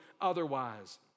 otherwise